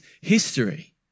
history